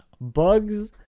bugs